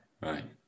Right